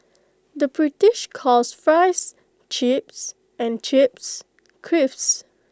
the British calls Fries Chips and Chips Crisps